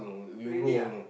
really ah